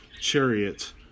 chariot